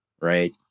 right